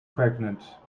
pregnant